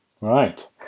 right